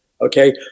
okay